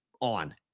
on